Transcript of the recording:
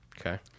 Okay